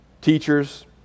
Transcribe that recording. Teachers